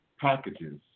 packages